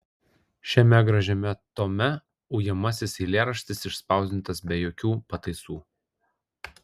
šiame gražiame tome ujamasis eilėraštis išspausdintas be jokių pataisų